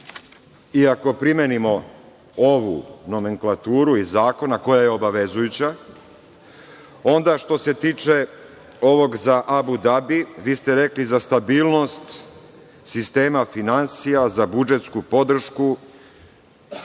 Ako primenimo ovu nomenklaturu iz zakona, koja je obavezujuća, onda što se tiče ovog za Abu Dabi, vi ste rekli za stabilnost sistema finansija za budžetsku podršku,